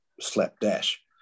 slapdash